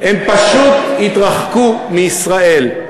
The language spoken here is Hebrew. הן פשוט יתרחקו מישראל.